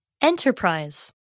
Enterprise